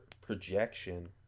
projection